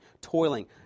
toiling